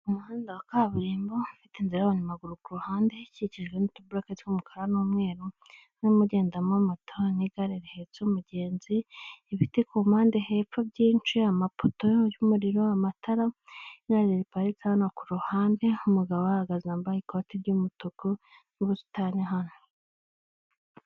Umuhanda wa kaburimbo ufite inzira y'abanyamaguru ku ruhande ikikijwe n'utuboroke tw'umukara n'umweru, urimo ugendamo moto n'igare rihetse umugenzi, ibiti ku mpande hepfo byinshi, amapoto y'umiriro, amatara, igare riparitse hano ku ruhande, umugabo uhahagaze wambaye ikoti ry'umutuku n'ubusitani hano.